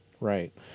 Right